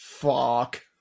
Fuck